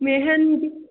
mehndi